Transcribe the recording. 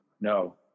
No